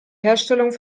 herstellung